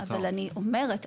אבל אני אומרת,